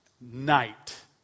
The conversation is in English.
Night